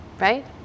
right